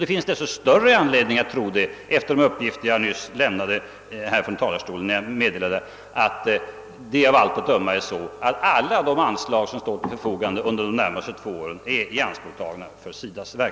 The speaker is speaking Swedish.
Det finns rent av större anledning att tro det nu, efter de uppgifter jag nyss lämnade om att av allt att döma alla de anslag som står till SIDA:s förfogande under de närmaste två åren är tagna i anspråk.